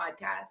podcast